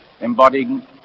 embodying